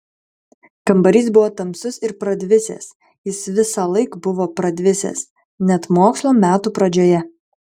kambarys buvo tamsus ir pradvisęs jis visąlaik buvo pradvisęs net mokslo metų pradžioje